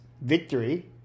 victory